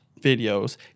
videos